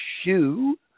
shoe